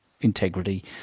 integrity